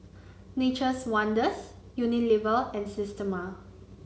Nature's Wonders Unilever and Systema